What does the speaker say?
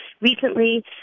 Recently